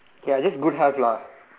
okay just good health lah